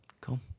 Cool